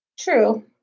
True